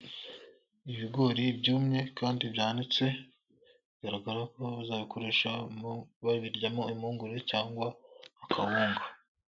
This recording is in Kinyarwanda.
Ibigori byumye kandi byanitse, biragaragara ko bazabikoresha, babiryamo impungore cyangwa akawunga.